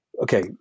okay